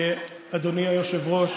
אדוני היושב-ראש,